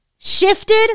shifted